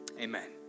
amen